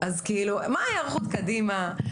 אז מה ההיערכות קדימה?